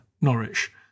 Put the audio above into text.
Norwich